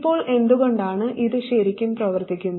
ഇപ്പോൾ എന്ത്കൊണ്ടാണ് ഇത് ശരിക്കും പ്രവർത്തിക്കുന്നത്